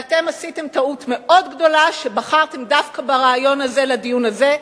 ואתם עשיתם טעות מאוד גדולה שבחרתם דווקא ברעיון הזה לדיון הזה,